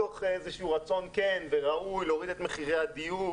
מתוך איזשהו רצון כן וראוי להוריד את מחירי הדיור